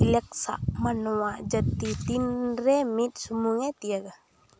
ᱤᱞᱮᱠᱥᱟ ᱢᱟᱱᱣᱟ ᱡᱟ ᱛᱤ ᱛᱤᱱᱨᱮ ᱢᱤᱫ ᱥᱩᱢᱩᱝᱮ ᱛᱤᱭᱟᱹᱜᱟ